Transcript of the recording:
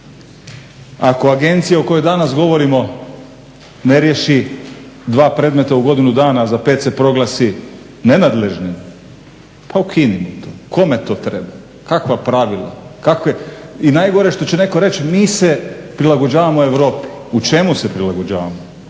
Ako agencija o kojoj danas govorimo ne riješi dva predmeta u godinu dana, a za pet se proglasi nenadležnim pa ukinimo to, kome to treba, kakva pravila? I najgore što će neko reći mi se prilagođavamo Europi? U čemu se prilagođavamo?